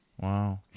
Wow